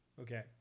Okay